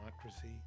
democracy